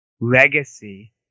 legacy